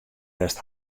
west